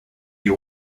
you